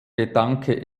gedanke